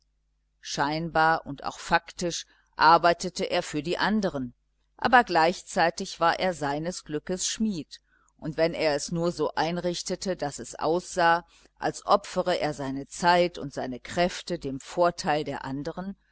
scheinbar und auch faktisch arbeitete er für die andern aber gleichzeitig war er seines glückes schmied und wenn er es nur so einrichtete daß es aussah als opfere er seine zelt und seine kräfte dem vorteil der andern